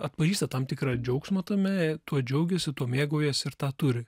atpažįsta tam tikrą džiaugsmą tame tuo džiaugiasi tuo mėgaujasi ir tą turi